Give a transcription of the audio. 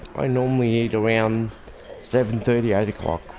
i normally eat around seven. thirty, eight o'clock.